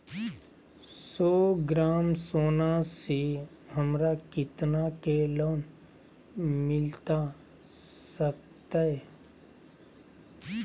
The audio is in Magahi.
सौ ग्राम सोना से हमरा कितना के लोन मिलता सकतैय?